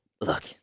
Look